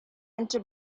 into